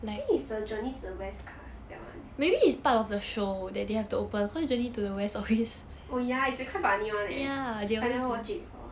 I think is the journey to the west cast that one oh ya it's quite funny [one] leh I never watch it before